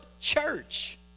church